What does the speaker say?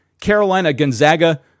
Carolina-Gonzaga